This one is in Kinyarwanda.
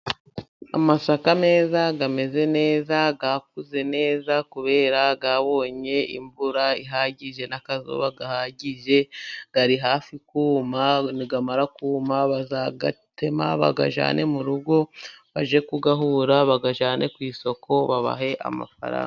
Amasaka meza, ameze neza, yakuze neza kubera yabonye imvura ihagije n'akazuba gahagije, ari hafi kuma, namara kuma, bazayatema bayajyane mu rugo baje kuyahura, bayajyane ku isoko babahe amafaranga.